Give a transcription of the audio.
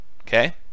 Okay